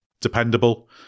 dependable